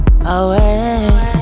away